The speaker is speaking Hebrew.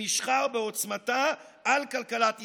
במשכה או בעוצמתה, על כלכלת ישראל".